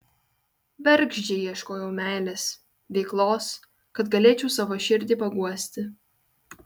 bergždžiai ieškojau meilės veiklos kad galėčiau savo širdį paguosti